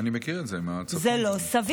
אני מכיר את זה מהצפון, מהפריפריה.